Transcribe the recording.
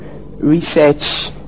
research